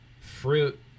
fruit